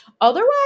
otherwise